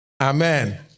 Amen